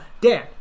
Dan